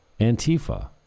Antifa